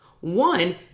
One